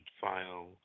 file